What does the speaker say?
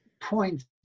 point